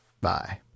bye